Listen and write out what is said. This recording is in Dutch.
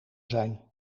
zijn